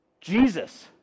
Jesus